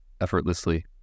effortlessly